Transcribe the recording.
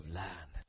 land